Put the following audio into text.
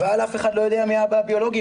אבל אף אחד לא יודע מי האבא הביולוגי,